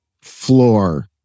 floor